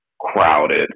crowded